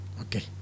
Okay